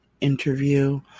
interview